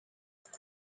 det